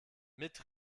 mit